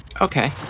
Okay